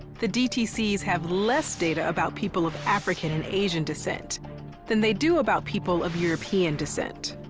the dtcs have less data about people of african and asian descent than they do about people of european descent.